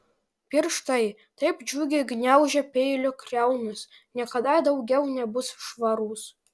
pirštai taip džiugiai gniaužę peilio kriaunas niekada daugiau nebus švarūs